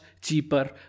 cheaper